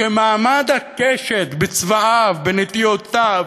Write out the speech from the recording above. שמעמד הקשת בצבעיו, בנטיותיו,